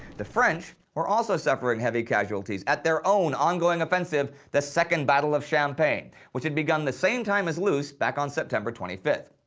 the french were also suffering heavy casualties at their own ongoing offensive, the second battle of champagne, which had begun the same time as loos, on september twenty fifth.